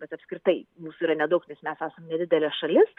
bet apskritai mūsų yra nedaug nes mes esam nedidelė šalis